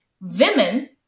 Women